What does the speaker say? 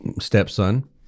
stepson